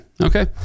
okay